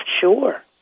Sure